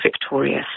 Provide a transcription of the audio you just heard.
victorious